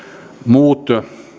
muut